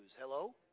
Hello